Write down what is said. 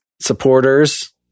supporters